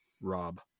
Rob